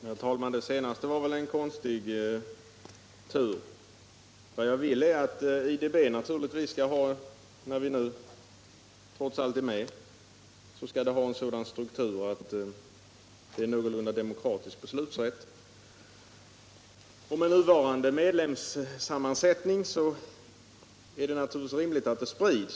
Herr talman! Det här sista var väl en konstig tur! Vad jag vill är att när vi nu trots allt är med i IDB, så skall bankens struktur vara sådan att man har en någorlunda demokratisk beslutsrätt. Och med nuvarande medlemssammansättning är det rimligt att den rätten sprids.